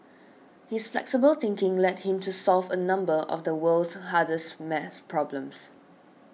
his flexible thinking led him to solve a number of the world's hardest math problems